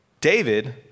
David